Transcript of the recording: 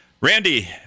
Randy